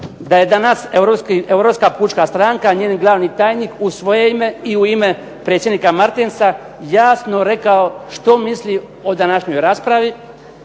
Europska pučka stranka, njen glavni tajnik, u svoje ime i u ime predsjednika Martinsa jasno rekao što misli o današnjoj raspravi